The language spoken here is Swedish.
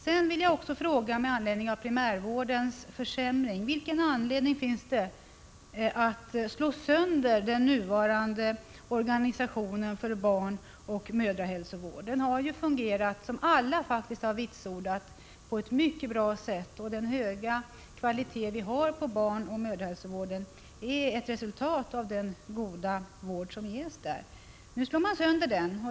Sedan vill jag också fråga med anledning av primärvårdens försämring: Vilken anledning finns det att slå sönder den nuvarande organisationen för barnoch mödrahälsovård? Den har ju fungerat, som alla faktiskt vitsordat, på ett mycket bra sätt. Den höga kvalitet vi har på barnoch mödrahälsovården är ett resultat av den goda vård som ges där. Nu slår man sönder den.